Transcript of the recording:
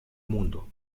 mundo